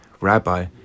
Rabbi